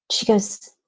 she goes,